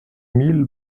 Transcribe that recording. mille